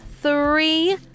three